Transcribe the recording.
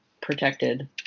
protected